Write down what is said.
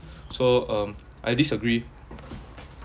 so um I disagree